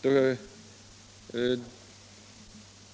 Då det som